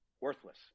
Worthless